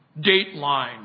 Dateline